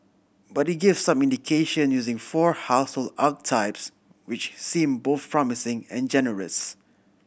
but it gave some indication using four household archetypes which seem both promising and generous